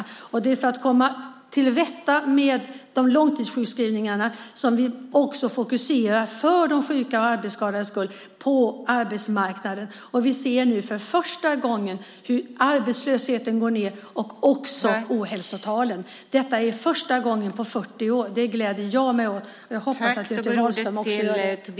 Det är för att komma till rätta med långtidssjukskrivningarna och för de sjuka och arbetsskadades skull som vi fokuserar på arbetsmarknaden. Vi ser nu för första gången hur arbetslösheten och även ohälsotalen går ned. Det är första gången på 40 år. Det gläder jag mig åt, och det hoppas jag att även Göte Wahlström gör.